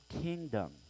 kingdom